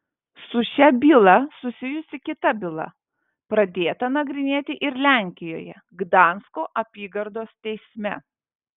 su šia byla susijusi kita byla pradėta nagrinėti ir lenkijoje gdansko apygardos teisme